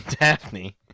Daphne